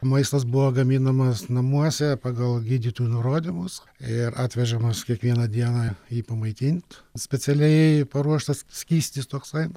maistas buvo gaminamas namuose pagal gydytojų nurodymus ir atvežamas kiekvieną dieną jį pamaitint specialiai paruoštas skystis toksai